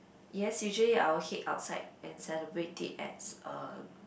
yes usually I will head outside and celebrate it at uh